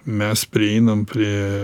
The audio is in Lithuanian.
mes prieinam prie